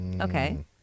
Okay